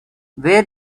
where